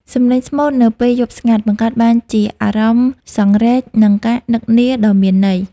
សំឡេងស្មូតនៅពេលយប់ស្ងាត់ បង្កើតបានជាអារម្មណ៍សង្វេគ និងការនឹកនាដ៏មានន័យ។